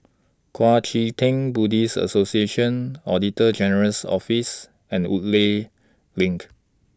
Kuang Chee Tng Buddhist Association Auditor General's Office and Woodleigh LINK